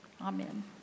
Amen